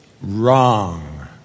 Wrong